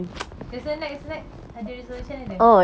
okay so next next ada resolution ada